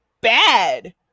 bad